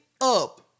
up